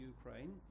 Ukraine